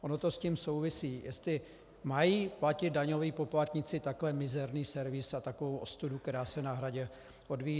Ono to s tím souvisí, jestli mají platit daňoví poplatníci takto mizerný servis a takovou ostudu, která se na Hradě odvíjí.